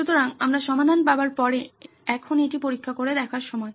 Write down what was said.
সুতরাং আমরা সমাধান পাবার পরে এখন এটি পরীক্ষা করে দেখার সময়